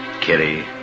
Kitty